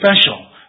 special